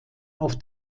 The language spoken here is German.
auf